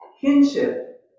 Kinship